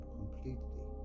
completely